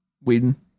Whedon